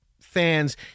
fans